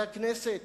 חברי הכנסת,